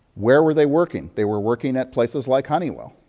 where were they working? they were working at places like honeywell.